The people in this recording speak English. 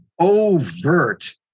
overt